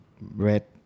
red